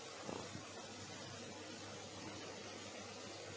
uh